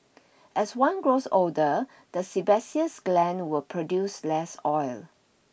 as one grows older the sebaceous glands will produce less oil